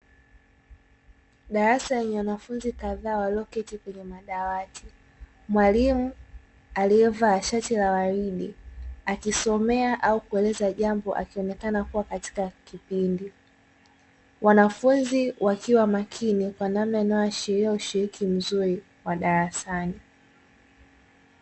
Darasa lenye wanafunzi kadhaa walio keti kwenye madawati, mwalimu aliyevaa shati la waridi akisomea au kueleza jambo akionekana kuwa katika kipindi, wanafunzi wakiwa makini kwa namna inayoashiria ushiriki mzuri wa darasani.